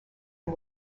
and